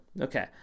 Okay